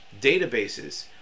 databases